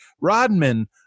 Rodman